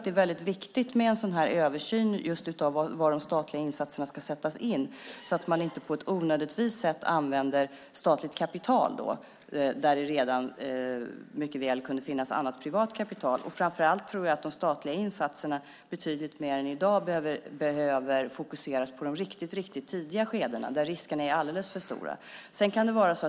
Det är väldigt viktigt med en översyn av just var de statliga insatserna ska sättas in så att man inte onödigtvis använder statligt kapital där det redan mycket väl kunde finnas annat privat kapital. Framför allt tror jag att de statliga insatserna betydligt mer än i dag behöver fokuseras på de tidigaste skedena där riskerna är alldeles för stora.